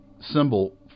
symbol